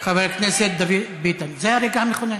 חבר הכנסת דוד ביטן, זה הרגע המכונן.